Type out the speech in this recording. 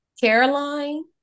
caroline